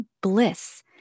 bliss